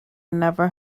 never